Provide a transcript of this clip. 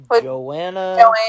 Joanna